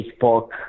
Facebook